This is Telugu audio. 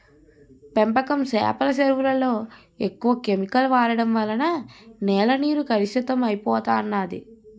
పెంపకం చేపల చెరువులలో ఎక్కువ కెమికల్ వాడడం వలన నేల నీరు కలుషితం అయిపోతన్నాయి